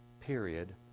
period